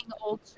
old